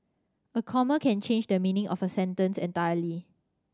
a comma can change the meaning of a sentence entirely